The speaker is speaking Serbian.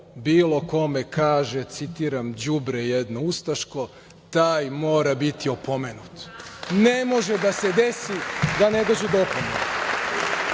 bilo kome kaže, citiram – đubre jedno, ustaško. Taj mora biti opomenut. Ne može da se desi da ne dođe do opomene.